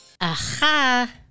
aha